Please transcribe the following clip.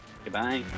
Goodbye